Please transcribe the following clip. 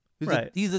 Right